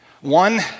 One